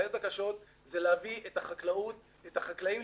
הבעיות הקשות זה להביא את החקלאים למצב